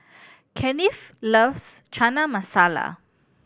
Kennith loves Chana Masala